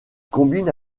combine